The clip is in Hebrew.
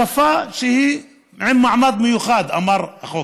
שפה שהיא עם מעמד מיוחד, אמר החוק.